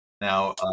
now